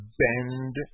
bend